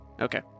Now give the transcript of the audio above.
Okay